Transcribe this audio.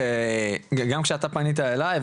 שגם כשאתה פנית אליי,